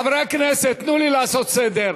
חברי הכנסת, תנו לי לעשות סדר.